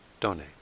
donate